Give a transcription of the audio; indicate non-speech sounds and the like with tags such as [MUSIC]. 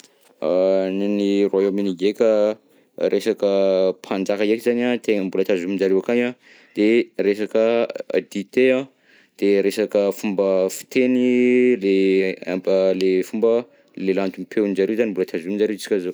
[HESITATION] Ny an'i Royaume Uni ndreka resaka mpanjaka ndreka zany an tegna mbola tazominijareo akagny an, de resaka dite an, de resaka fomba fiteny, de ampa- le fomba le lantom-peonjareo zany mbola tazominizareo ziska zao.